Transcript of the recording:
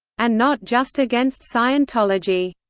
and not just against scientology.